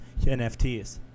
NFTs